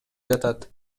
жатат